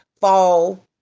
fall